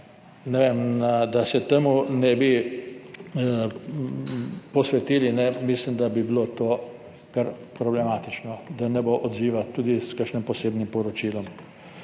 Če se temu ne bi posvetili, mislim, da bi bilo to kar problematično, da ne bo odziva tudi s kakšnim posebnim poročilom.